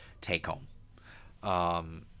take-home